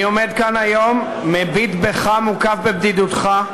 אני עומד כאן היום, מביט בך מוקף בבדידותך,